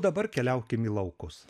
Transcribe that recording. dabar keliaukim į laukus